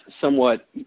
somewhat